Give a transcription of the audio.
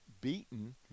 beaten